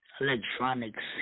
electronics